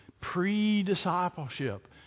pre-discipleship